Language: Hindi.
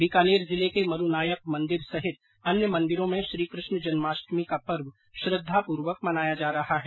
बीकानेर जिले के मरू नायक मन्दिर सहित अन्य मन्दिरो में श्री कृष्ण जन्माष्टमी का पर्व श्रद्धापूर्वक मनाया जा रहा है